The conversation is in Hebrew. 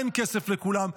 אין כסף לכולם.